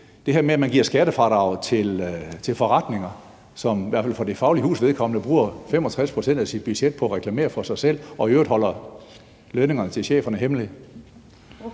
det her med, at man giver skattefradrag til forretninger, som i hvert fald for Det Faglige Hus' vedkommende bruger 65 pct. af sit budget på at reklamere for sig selv og i øvrigt holder lønningerne til cheferne hemmeligt.